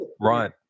right